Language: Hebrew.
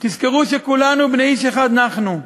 תזכרו שכולנו בני איש אחד נחנו.